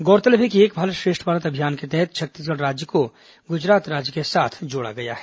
गौरतलब है कि एक भारत श्रेष्ठ भारत अभियान के तहत छत्तीसगढ़ राज्य को गुजरात राज्य के साथ जोड़ा गया है